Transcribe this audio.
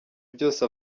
byose